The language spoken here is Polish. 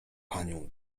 panią